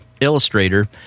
illustrator